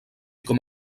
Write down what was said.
com